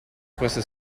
questa